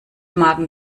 magen